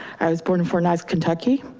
i was born in fort knox, kentucky,